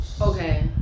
Okay